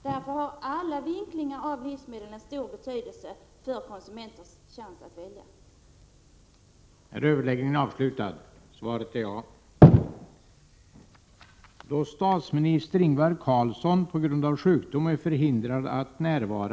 Därför är alla vinklingar när det gäller livsmedlens kvalitet av stor betydelse för konsumenternas möjligheter att välja rätt.